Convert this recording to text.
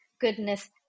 goodness